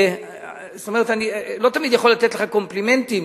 לא תמיד יכול לתת לך קומפלימנטים,